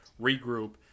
regroup